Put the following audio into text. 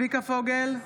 צביקה פוגל,